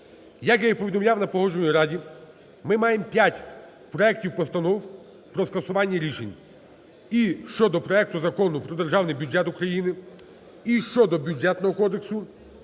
Як я і повідомляв на Погоджувальній раді, ми маємо 5 проектів постанов про скасування рішень: і щодо проекту Закону про Державний бюджет України, і щодо Бюджетного кодексу